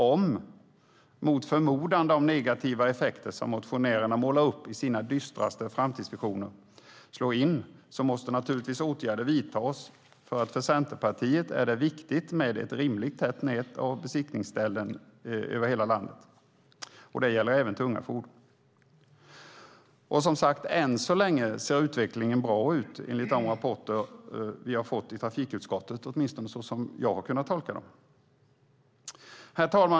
Om, mot förmodan, de negativa effekter som motionärerna målar upp i sina dystraste framtidsvisioner slår in måste naturligtvis åtgärder vidtas. För Centerpartiet är det viktigt med ett rimligt tätt nät av besiktningsställen i hela landet. Det gäller även för tunga fordon. Än så länge ser utvecklingen bra ut, åtminstone så som jag har kunnat tolka de rapporter vi fått i trafikutskottet.